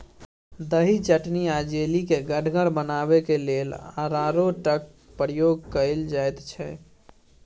दही, चटनी आ जैली केँ गढ़गर बनेबाक लेल अरारोटक प्रयोग कएल जाइत छै